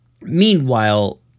Meanwhile